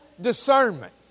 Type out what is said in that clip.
discernment